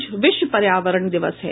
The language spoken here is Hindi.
आज विश्व पर्यावरण दिवस है